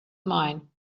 mine